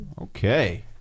Okay